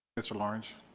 mr. lawrence are